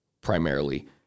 primarily